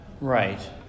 Right